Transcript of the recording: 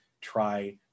try